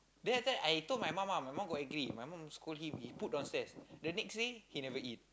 then after that I told my mum ah my mum got angry my mum scold him he put downstairs the next day he never eat